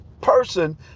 person